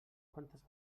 quantes